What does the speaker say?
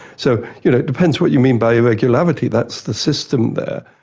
so you know, it depends what you mean by irregularity that's the system there.